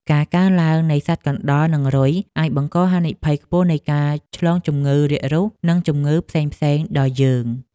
ការកើនឡើងនៃសត្វកណ្តុរនិងរុយអាចបង្កហានិភ័យខ្ពស់នៃការឆ្លងជំងឺរាករូសនិងជំងឺផ្សេងៗដល់យើង។